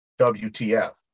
WTF